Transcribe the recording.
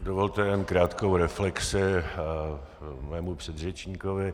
Dovolte jen krátkou reflexi k mému předřečníkovi.